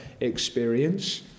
experience